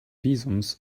visums